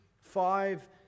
five